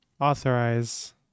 Authorize